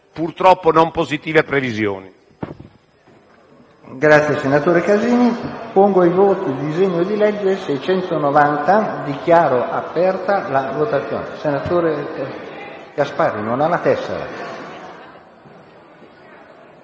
purtroppo, non positive previsioni.